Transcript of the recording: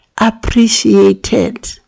appreciated